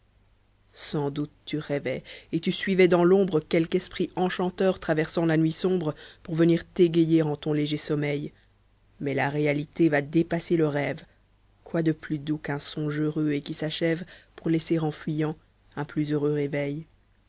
sans doute tu rêvais et tu suivais dans l'ombre quelqu'esprit enchanteur traversant la nuit sombre pour venir t'égaycr en ton léger sommeil mais la réalité va dépasser le rêve quoi de plus doux qu'un songe heureux et qui s'achève pour laisser en fuyant un plus heureux réveil